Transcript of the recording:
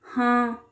ہاں